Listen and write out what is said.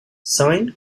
sine